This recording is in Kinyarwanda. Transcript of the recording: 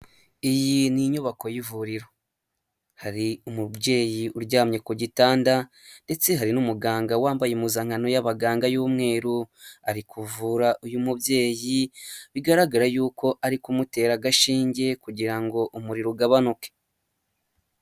Iyi ni inyubako y'ivuriro hari umubyeyi uryamye ku gitanda ndetse hari n'umuganga wambaye impuzankano y'abaganga y'umweru, ari kuvura uyu mubyeyi bigaragara yuko ari kumutera agashinge kugira ngo umuriro ugabanuke.